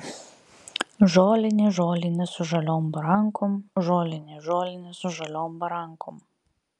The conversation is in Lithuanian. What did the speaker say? žolinė žolinė su žaliom barankom žolinė žolinė su žaliom barankom